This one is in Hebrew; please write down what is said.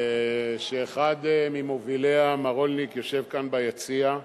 שאחד ממוביליה, מר רולניק, יושב ביציע.